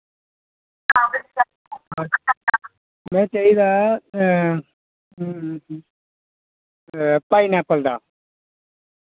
में चाहिदा पाइनऐप्पल दा